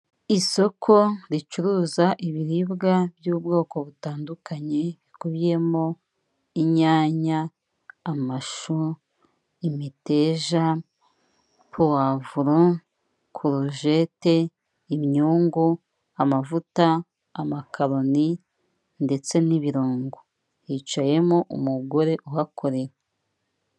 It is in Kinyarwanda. Isoko ricuruza ibiribwa by'ubwoko butandukanye, bikubiyemo inyanya, amashu, imiteja, puwavuro, korojete, imyungu, amavuta, amakaroni ndetse n'ibirungo, hicayemo umugore uhakorera.